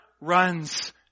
runs